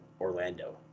Orlando